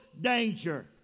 danger